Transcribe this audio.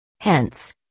Hence